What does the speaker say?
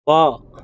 ਵਾਹ